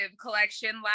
collection